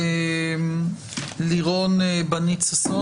עו"ד לירון בנית ששון